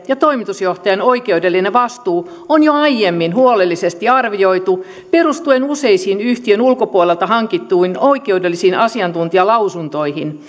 ja toimitusjohtajan oikeudellinen vastuu on jo aiemmin huolellisesti arvioitu perustuen useisiin yhtiön ulkopuolelta hankittuihin oikeudellisiin asiantuntijalausuntoihin